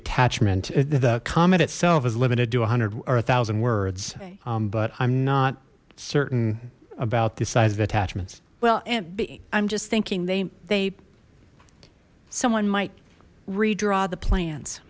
attachment the comment itself is limited to one hundred or a thousand words but i'm not certain about the size of attachments well i'm just thinking they they someone might redraw the plans